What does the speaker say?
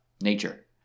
nature